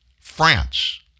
France